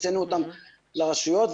הקצנו אותם לרשויות,